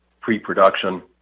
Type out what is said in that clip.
pre-production